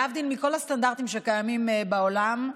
להבדיל מכל הסטנדרטים שקיימים בעולם,